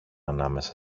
ανάμεσα